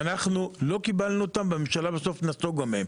ואנחנו לא קיבלנו אותם, והממשלה בסוף נסוגה מהם.